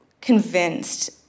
convinced